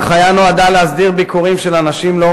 ההנחיה נועדה להסדיר ביקורים של אנשים לא